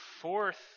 fourth